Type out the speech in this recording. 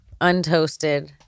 untoasted